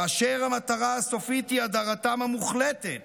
כאשר המטרה הסופית היא הדרתם המוחלטת